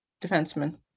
defenseman